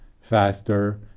faster